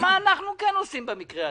מה אנחנו כן עושים במקרה הזה?